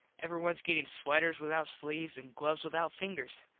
everyones gettin sweters without sleeves and gloves without fingers.